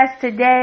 Today